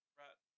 right